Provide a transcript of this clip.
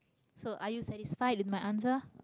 so are you satisfied with my answer